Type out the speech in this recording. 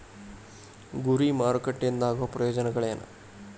ಗುರಿ ಮಾರಕಟ್ಟೆ ಇಂದ ಆಗೋ ಪ್ರಯೋಜನಗಳೇನ